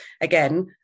Again